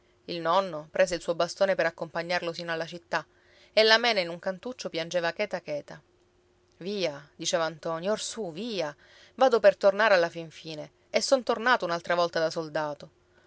il nonno prese il suo bastone per accompagnarlo sino alla città e la mena in un cantuccio piangeva cheta cheta via diceva ntoni orsù via vado per tornare alla fin fine e sono tornato un'altra volta da soldato